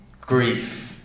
Grief